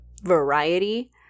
variety